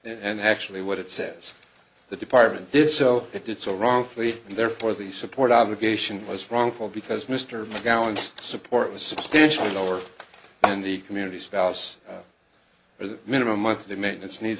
and actually what it says the department did so it did so wrongfully and therefore the support obligation was wrongful because mr gallant's support was substantially lower than the community spouse or the minimum monthly maintenance needs